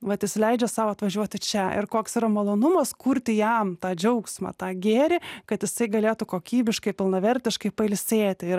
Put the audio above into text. vat jis leidžia sau atvažiuoti čia ir koks yra malonumas kurti jam tą džiaugsmą tą gėrį kad jisai galėtų kokybiškai pilnavertiškai pailsėti ir